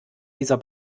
dieser